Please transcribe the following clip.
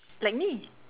like me